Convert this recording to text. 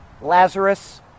Lazarus